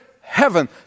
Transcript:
heaven